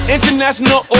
International